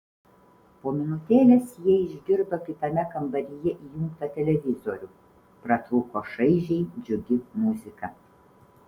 po minutėlės jie išgirdo kitame kambaryje įjungtą televizorių pratrūko šaižiai džiugi muzika